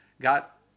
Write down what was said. got